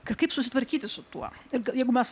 kažkaip susitvarkyti su tuo ir jeigu mes